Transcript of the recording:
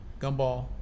Gumball